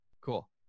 Cool